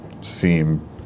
seem